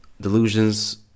Delusions